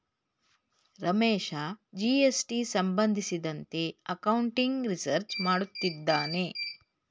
Ramesh GST ಸಂಬಂಧಿಸಿದಂತೆ accounting research ಮಾಡುತ್ತಿದ್ದಾನೆ